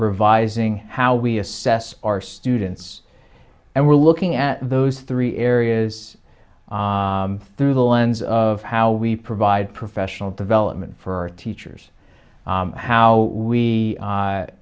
revising how we assess our students and we're looking at those three areas through the lens of how we provide professional development for teachers how we